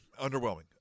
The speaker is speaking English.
underwhelming